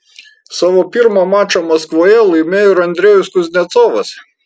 savo pirmą mačą maskvoje laimėjo ir andrejus kuznecovas